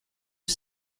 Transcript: are